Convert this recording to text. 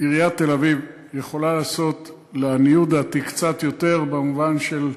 עיריית תל-אביב יכולה לעשות לעניות דעתי קצת יותר במובן של,